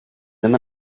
ddim